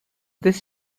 this